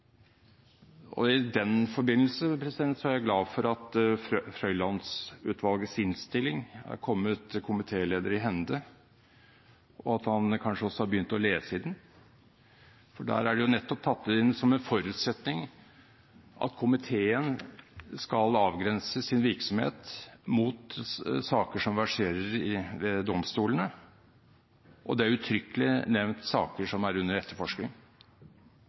I den forbindelse er jeg glad for at Frøiland-utvalgets innstilling er kommet komitélederen i hende, og at han kanskje også har begynt å lese i den. Der er det nettopp tatt inn som en forutsetning at komiteen skal avgrense sin virksomhet mot saker som verserer i domstolene, og det er uttrykkelig nevnt saker som er under etterforskning.